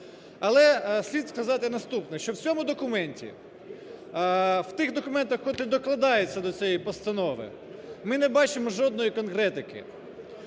Але слід сказати наступне, що в цьому документі, в тих документах, котрі докладаються до цієї постанови, ми не бачимо жодної конкретики.